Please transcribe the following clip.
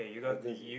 I guess